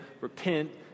repent